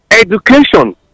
education